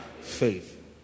faith